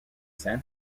san